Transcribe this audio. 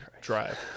drive